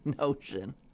notion